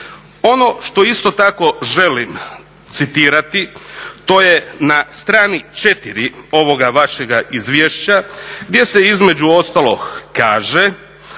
Ono što isto tako želim citirati to je na strani 4.ovoga vašega izvješća gdje se između ostalog kaže